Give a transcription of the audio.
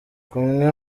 kumwe